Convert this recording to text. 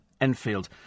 Enfield